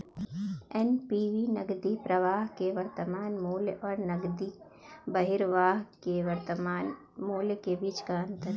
NPV नकदी प्रवाह के वर्तमान मूल्य और नकदी बहिर्वाह के वर्तमान मूल्य के बीच का अंतर है